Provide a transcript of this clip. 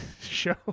show